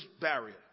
barrier